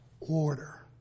Order